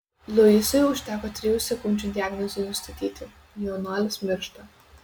luisui užteko trijų sekundžių diagnozei nustatyti jaunuolis miršta